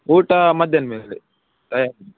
ಊಟ ಮಧ್ಯಾಹ್ನ ಮೇಲೆ ಹಾಂ